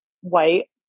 white